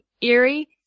eerie